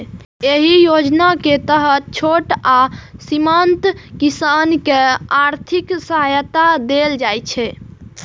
एहि योजना के तहत छोट आ सीमांत किसान कें आर्थिक सहायता देल जाइ छै